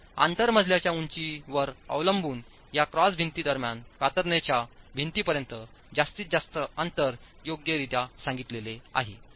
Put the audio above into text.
आणि आंतरमजलाच्या उंचीवर अवलंबून या क्रॉस भिंती दरम्यान कातरणाच्या भिंतीपर्यंतचे जास्तीत जास्त अंतर योग्यरित्या सांगितलेले आहे